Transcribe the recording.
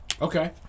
Okay